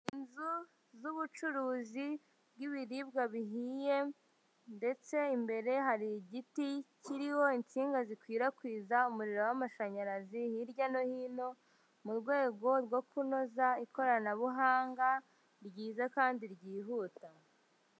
Inzu z'ubucuruzi bw'ibiribwa bihiye ndetse imbere hari igiti kiriho insinga zikwirakwiza umuriro w'amashanyarazi hirya no hino, mu rwego rwo kunoza ikoranabuhanga ryiza kandi ryihuta.